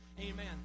amen